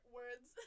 words